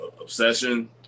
obsession